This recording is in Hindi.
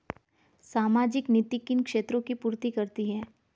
सामाजिक नीति किन क्षेत्रों की पूर्ति करती है?